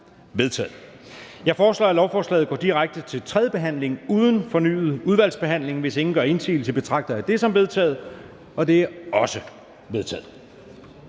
Jeg foreslår, at lovforslaget går direkte til tredje behandling uden fornyet udvalgsbehandling. Hvis ingen gør indsigelse, betragter jeg det som vedtaget. Det er vedtaget.